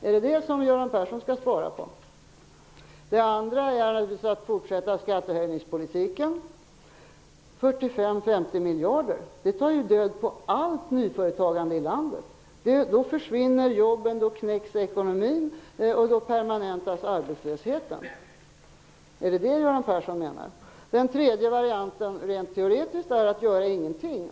Är det detta som Göran Persson skall spara på? Man kan fortsätta skattehöjningspolitiken. 45--50 miljarder i ökad skatt tar död på allt nyföretagande i landet. Då försvinner jobben, knäcks ekonomin och permanentas arbetslösheten. Är det detta Göran Persson menar? Den tredje varianten rent teoretiskt är att göra ingenting.